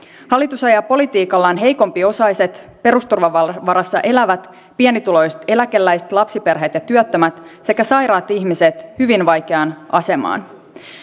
hallitus ajaa politiikallaan heikompiosaiset perusturvan varassa elävät pienituloiset eläkeläiset lapsiperheet ja työttömät sekä sairaat ihmiset hyvin vaikeaan asemaan